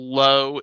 low